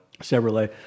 Chevrolet